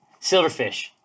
Silverfish